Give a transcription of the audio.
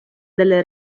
delle